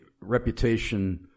reputation